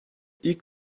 ilk